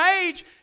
age